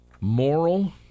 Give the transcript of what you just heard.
moral